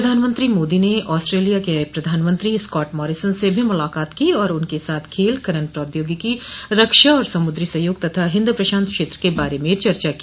प्रधानमंत्री मोदी ने ऑस्ट्रेलिया के प्रधानमंत्री स्कॉट मॉरिसन से भी मुलाकात की और उनके साथ खेल खनन प्रौद्योगिकी रक्षा और समुद्री सहयोग तथा हिंद प्रशांत क्षेत्र के बारे में चर्चा की